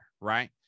right